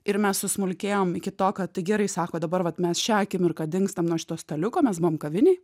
ir mes susmulkėjom iki to kad tai gerai sako dabar vat mes šią akimirką dingstam nuo šito staliuko mes buvom kavinėj